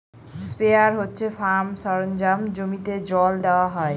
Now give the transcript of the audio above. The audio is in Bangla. স্প্রেয়ার হচ্ছে ফার্ম সরঞ্জাম জমিতে জল দেওয়া হয়